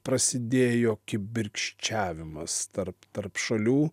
prasidėjo kibirkščiavimas tarp tarp šalių